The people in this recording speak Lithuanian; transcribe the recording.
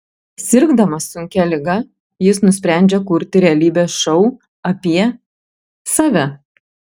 sirgdamas sunkia liga jis nusprendžia kurti realybės šou apie save